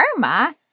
karma